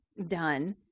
done